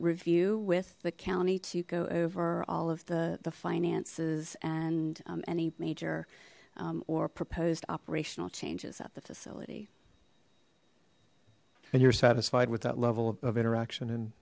review with the county to go over all of the the finances and any major or proposed operational changes at the facility and you're satisfied with that level of interaction and